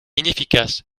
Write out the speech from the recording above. inefficace